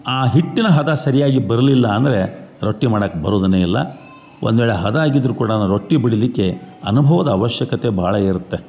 ಆ ಹಿಟ್ಟಿನ ಹದ ಸರಿಯಾಗಿ ಬರಲಿಲ್ಲ ಅಂದರೆ ರೊಟ್ಟಿ ಮಾಡಕ್ಕೆ ಬರುದನೆ ಇಲ್ಲ ಒಂದ್ವೇಳೆ ಹದ ಆಗಿದ್ದರೂ ಕೂಡ ರೊಟ್ಟಿ ಬಡಿಲಿಕ್ಕೆ ಅನುಭವದ ಆವಶ್ಯಕತೆ ಭಾಳ ಇರುತ್ತೆ